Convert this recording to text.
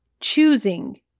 choosing